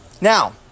now